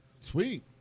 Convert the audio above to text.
Sweet